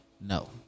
No